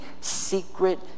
secret